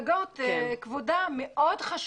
עניין הגגות חשוב מאוד.